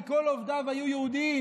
כי כל עובדיו היו יהודים".